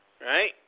right